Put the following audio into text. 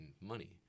money